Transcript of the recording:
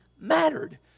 mattered